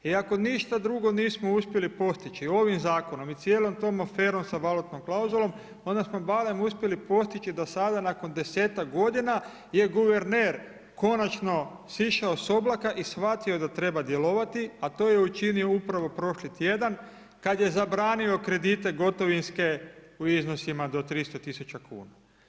I ako ništa drugo nismo uspjeli postići ovim zakonom i cijelom tom aferom sa valutnom klauzulom onda smo barem uspjeli postići da sada nakon 10-ak godina je guverner konačno sišao s oblaka i shvatio da treba djelovati a to je učinio upravo prošli tjedan kada je zabranio kredite gotovinske u iznosima do 300 tisuća kuna.